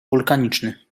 wulkaniczny